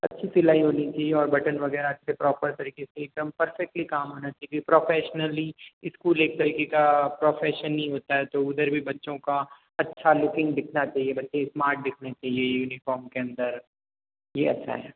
अच्छी सिलाई होनी चाहिए और बटन वगैरह अच्छे प्रॉपर तरीके से एकदम पर्फेक्ट्ली काम होना चाहिए प्रोफेसनली स्कूल एक तरीके का प्रोफेशन ही होता है तो उधर भी बच्चों का अच्छा लुकिंग दिखाना चाहिए बच्चे स्मार्ट दिखने चाहिए यूनिफाॅर्म के अंदर ये अच्छा है